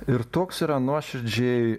ir toks yra nuoširdžiai